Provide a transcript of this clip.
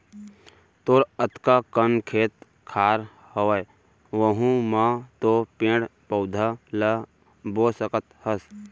तोर अतका कन खेत खार हवय वहूँ म तो पेड़ पउधा ल बो सकत हस